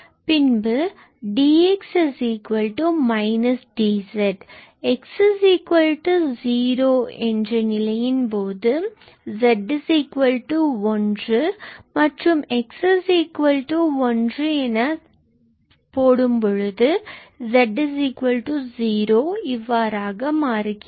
x0 இந்த நிலையின் போது z1 x1 போது z0 இவ்வாறாக மாறும்